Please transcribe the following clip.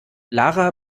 lara